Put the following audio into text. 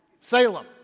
Salem